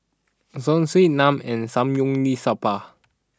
Zosui Naan and Samgyeopsal